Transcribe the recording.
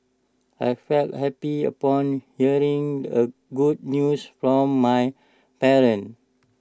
I felt happy upon hearing the good news from my parents